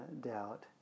doubt